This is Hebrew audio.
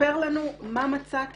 ספר לנו מה מה מצאת